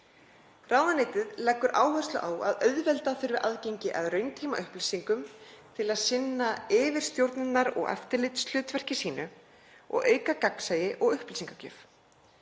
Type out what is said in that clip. Ráðuneytið leggur áherslu á að auðvelda þurfi aðgengi að rauntímaupplýsingum til að það geti sinnt yfirstjórnunar- og eftirlitshlutverki sínu, og auka gagnsæi og upplýsingagjöf.